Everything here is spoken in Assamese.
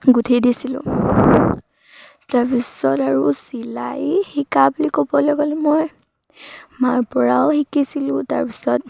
গুঠি দিছিলোঁ তাৰপিছত আৰু চিলাই শিকা বুলি ক'বলৈ গ'লে মই মাৰ পৰাও শিকিছিলোঁ তাৰপিছত